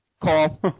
Call